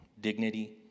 dignity